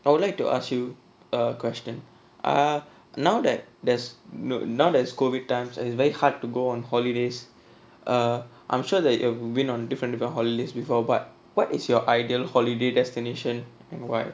I would like to ask you a question ah now that there's no now as COVID times and it's very hard to go on holidays err I'm sure that you have been on different holidays before but what is your ideal holiday destination and why